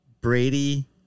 Brady